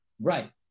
Right